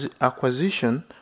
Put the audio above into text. acquisition